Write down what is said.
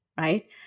right